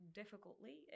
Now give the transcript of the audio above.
difficultly